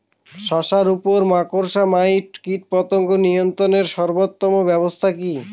শশার উপর মাকড়সা মাইট কীটপতঙ্গ নিয়ন্ত্রণের সর্বোত্তম ব্যবস্থা কি?